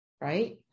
right